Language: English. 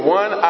one